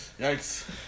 Yikes